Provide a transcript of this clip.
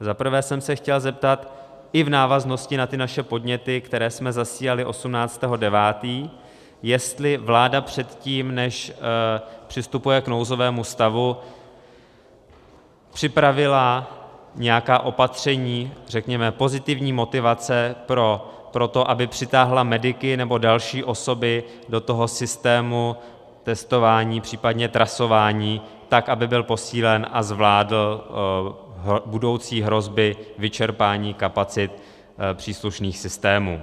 Za prvé jsem se chtěl zeptat i v návaznosti na naše podněty, které jsme zasílali 18. 9., jestli vláda předtím, než přistupuje k nouzovému stavu, připravila nějaká opatření, řekněme pozitivní motivace, pro to, aby přitáhla mediky nebo další osoby do systému testování, případně trasování, tak aby byl posílen a zvládl budoucí hrozby vyčerpání kapacit příslušných systémů.